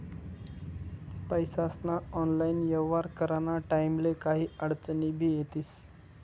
पैसास्ना ऑनलाईन येव्हार कराना टाईमले काही आडचनी भी येतीस